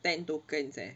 ten tokens eh